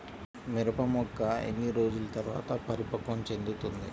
మిరప మొక్క ఎన్ని రోజుల తర్వాత పరిపక్వం చెందుతుంది?